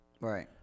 Right